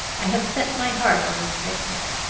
i have set my heart on this picnic.